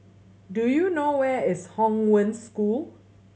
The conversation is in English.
do you know where is Hong Wen School